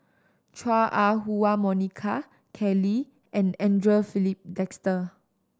Chua Ah Huwa Monica Kelly Tang and Andre Filipe Desker